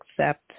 accept